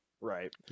right